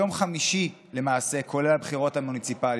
יום חמישי, למעשה, כולל הבחירות המוניציפליות.